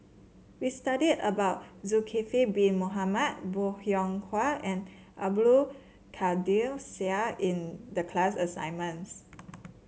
we studied about Zulkifli Bin Mohamed Bong Hiong Hwa and Abdul Kadir Syed in the class assignments